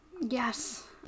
Yes